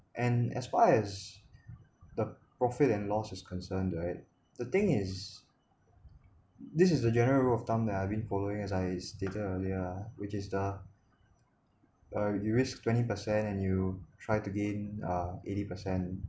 and as far as the profit and loss is concerned I the thing is this is a general rule of thumb that I've been following as I stated earlier ah which is the uh you risk twenty percent and you try to gain uh eighty percent